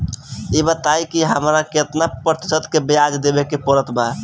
ई बताई की हमरा केतना प्रतिशत के ब्याज देवे के पड़त बा?